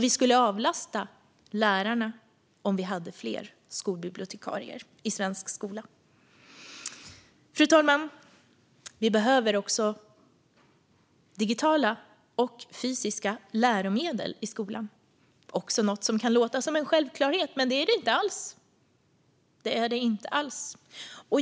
Vi skulle avlasta lärarna om vi hade fler skolbibliotekarier i svensk skola. Fru talman! Vi behöver också digitala och fysiska läromedel i skolan. Det är något som kan låta som en självklarhet, men det är det inte alls.